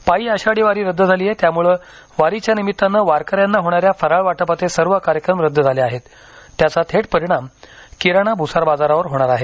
पायी आषाढी वारी रद्द झाली आहे त्यामुळं वारीच्या निमित्तानं वारकऱ्यांना होणाऱ्या फराळ वाटपाचे सर्व कार्यक्रम रद्द झाले आहेत त्याचा थेट परिणाम किराणा भुसार बाजारावर होणार आहे